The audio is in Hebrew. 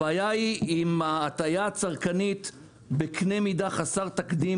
הבעיה היא עם ההטיה הצרכנית בקנה מידה חסר תקדים,